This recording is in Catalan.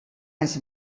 anys